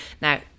Now